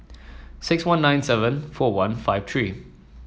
six one nine seven four one five three